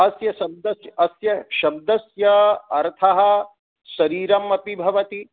अस्य शब्दस्य् अस्य शब्दस्य अर्थः शरीरम् अपि भवति